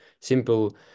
simple